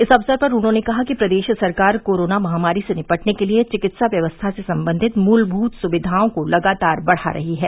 इस अवसर पर उन्होंने कहा कि प्रदेश सरकार कोरोना महामारी से निपटने के लिये चिकित्सा व्यवस्था से सम्बन्धित मूलभूत सुविधाओं को लगातार बढ़ा रही है